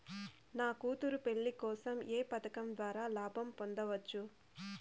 నా కూతురు పెళ్లి కోసం ఏ పథకం ద్వారా లాభం పొందవచ్చు?